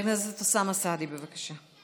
חבר הכנסת אוסאמה סעדי, בבקשה.